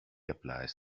applies